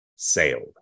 Sailed